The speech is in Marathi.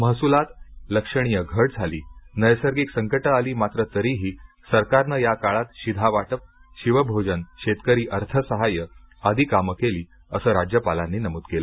महसुलात लक्षणीय घट झाली नैसर्गिक संकटं आली मात्र तरीही सरकारनं या काळात शिधावाटप शिवभोजन शेतकरी अर्थसहाय्य आदि कामं केली असं राज्यपालांनी नमूद केल